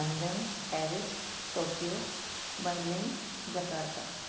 London Paris Tokyo Berlin Jakarta